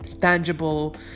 tangible